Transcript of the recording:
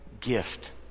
gift